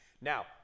Now